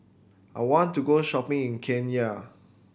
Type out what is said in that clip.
I want to go shopping in Cayenne